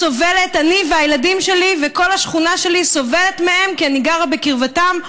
אני והילדים שלי וכל השכונה שלי סובלת מהן כי אני גרה בקרבתן,